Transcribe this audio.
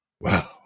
Wow